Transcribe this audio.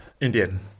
Indian